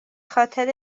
خاطر